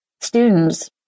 students